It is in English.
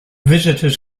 visitors